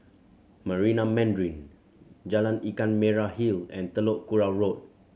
Marina Mandarin Jalan Ikan Merah Hill and Telok Kurau Road